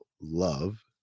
love